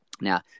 Now